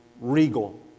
Regal